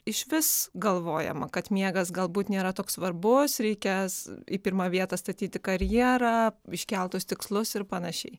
išvis galvojama kad miegas galbūt nėra toks svarbus reikės į pirmą vietą statyti karjerą iškeltus tikslus ir panašiai